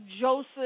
Joseph